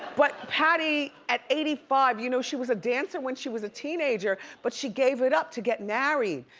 but patty, at eighty five, you know, she was a dancer when she was a teenager, but she gave it up to get married.